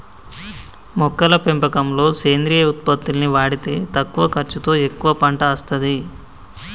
మొక్కల పెంపకంలో సేంద్రియ ఉత్పత్తుల్ని వాడితే తక్కువ ఖర్చుతో ఎక్కువ పంట అస్తది